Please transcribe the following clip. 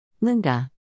Linda